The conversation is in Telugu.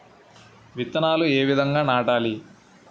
విత్తనాలు ఏ విధంగా నాటాలి?